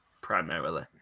primarily